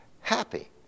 happy